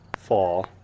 Fall